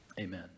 Amen